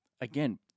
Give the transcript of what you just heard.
again